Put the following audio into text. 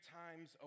times